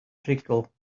rhugl